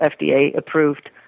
FDA-approved